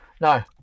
No